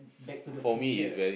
back to the future